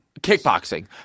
Kickboxing